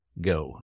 go